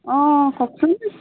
অঁ কওকচোন